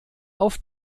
auf